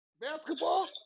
Basketball